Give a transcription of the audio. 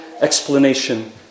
explanation